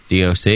DOC